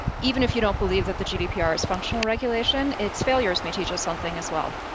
even if you don't believe that the gdpr has functional regulation, its failures may teach us something as well.